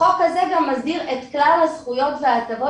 החוק הזה גם מסדיר את כלל הזכויות וההטבות